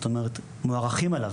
זאת אומרת מוערכים עליו,